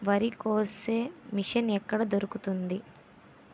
వరి కోసే మిషన్ ఎక్కడ దొరుకుతుంది?